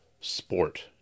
sport